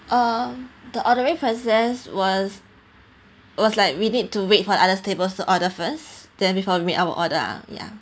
uh the ordering process was was like we need to wait for others table to order first then before we made our order ah ya